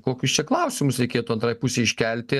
kokius čia klausimus reikėtų antrai pusei iškelti